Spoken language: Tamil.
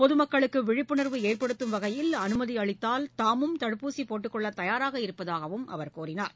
பொதமக்களக்குவிழிப்புணர்வு ஏற்படுத்தம் வகையில் அனுமதிஅளித்தால் தாமும் தடுப்பூசிபோட்டுக்கொள்ளதயாராக இருப்பதாகஅவர் கூறினார்